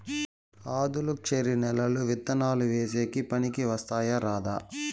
ఆధులుక్షరి నేలలు విత్తనాలు వేసేకి పనికి వస్తాయా రాదా?